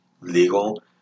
legal